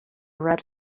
red